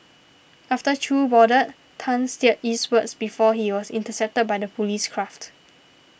after Chew boarded Tan steered eastwards before he was intercepted by the police craft